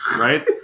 right